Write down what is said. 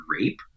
rape